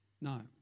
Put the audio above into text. no